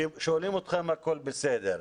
שואלים אותך אם הכול בסדר.